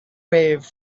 wave